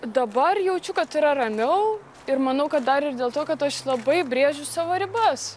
dabar jaučiu kad yra ramiau ir manau kad dar ir dėl to kad aš labai brėžiu savo ribas